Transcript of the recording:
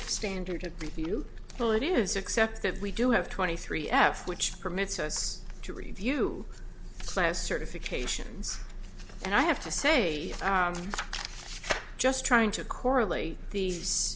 standard of review well it is except that we do have twenty three f which permits us to review class certifications and i have to say just trying to correlate these